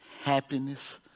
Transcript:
happiness